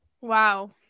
Wow